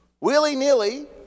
willy-nilly